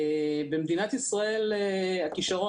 במדינת ישראל הכישרון,